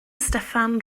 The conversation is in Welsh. steffan